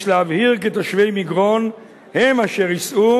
"יש להבהיר כי תושבי מגרון הם אשר יישאו